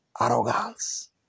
Arrogance